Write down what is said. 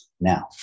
Now